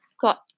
got